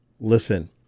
Listen